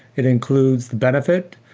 it includes benefit,